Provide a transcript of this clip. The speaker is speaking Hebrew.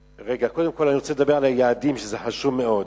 אני רוצה לדבר על היעדים, זה חשוב מאוד: